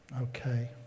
Okay